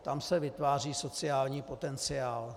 Tam se vytváří sociální potenciál.